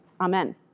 Amen